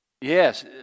Yes